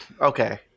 Okay